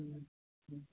ہوں ہوں